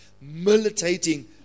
militating